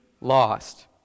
lost